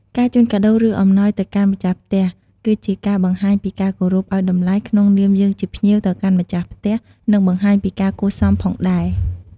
ការជូនកាដូរ ឬអំណោយទៅកាន់ម្ចាស់ផ្ទះ គឺជាការបង្ហាញពីការគោរពឲ្យតម្លៃក្នុងនាមយើងជាភ្ញៀវទៅកាន់ម្ខាស់ផ្ទះនិងបង្ហាញពីការគួរសមផងដែរ។